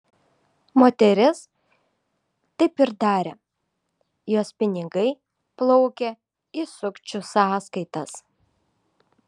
moteris taip ir darė jos pinigai plaukė į sukčių sąskaitas